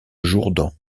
jourdan